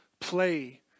play